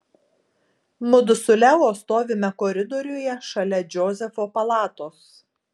mudu su leo stovime koridoriuje šalia džozefo palatos